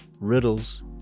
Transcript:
riddles